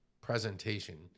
presentation